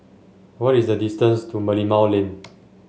what is the distance to Merlimau Lane